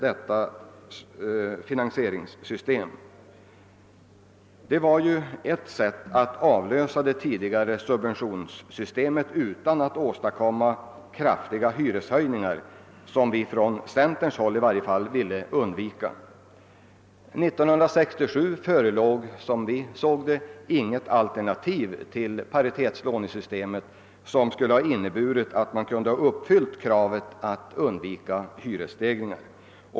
Detta finansieringssystem har ju ett sätt att ersätta det tidigare subventionssystemet utan att åstadkomma kraftiga prishöjningar, som i varje fall centern ville undvika. 1967 förelåg enligt vår mening inget alternativ till paritetslånesystemet som skulle ha inneburit att hyresstegringar kunnat undvikas.